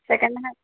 second hand